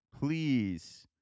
please